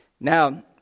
Now